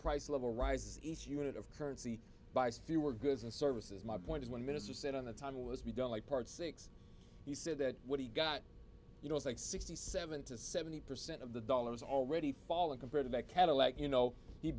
price level rises each unit of currency by fewer goods and services my point is one minister said on the time was we don't like part six he said that what he got you know is like sixty seven to seventy percent of the dollar has already fallen compared to that cadillac you know he